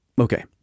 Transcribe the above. Okay